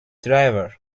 driver